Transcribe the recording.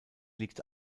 liegt